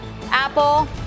Apple